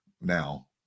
now